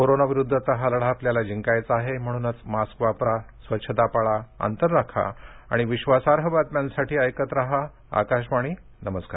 corona विरुद्धचा हा लढा आपल्याला जिंकायचा आहे म्हणूनच मास्क वापरा स्वच्छता पाळा अंतर राखा आणि विश्वासार्ह बातम्यांसाठी ऐकत रहा आकाशवाणी नमस्कार